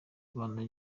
rwanda